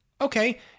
Okay